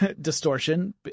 distortion